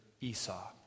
Esau